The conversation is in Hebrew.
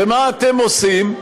ומה אתם עושים?